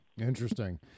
Interesting